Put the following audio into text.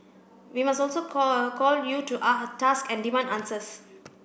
we must also call call you to task and demand answers